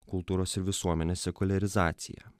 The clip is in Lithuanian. kultūros visuomenės sekuliarizaciją